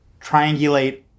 triangulate